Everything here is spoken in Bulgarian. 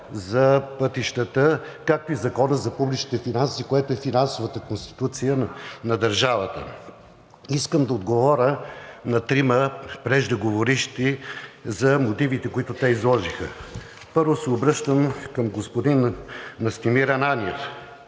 за пътищата, както и със Закона за публичните финанси, което е финансовата конституция на държавата. Искам да отговоря на трима преждеговоривши за мотивите, които те изложиха. Първо се обръщам към господин Настимир Ананиев